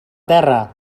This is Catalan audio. terra